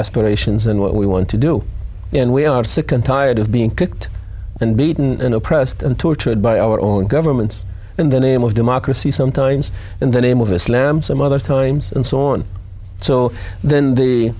aspirations and what we want to do and we are sick and tired of being kicked and beaten and oppressed and tortured by our own governments in the name of democracy sometimes in the name of islam some other times and so on so then the